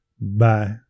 Bye